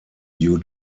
due